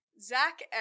Zach